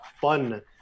fun